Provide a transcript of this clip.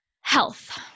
Health